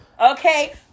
Okay